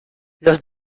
los